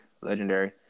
legendary